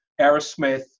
Aerosmith